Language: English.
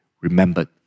remembered